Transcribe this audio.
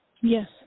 Yes